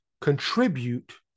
contribute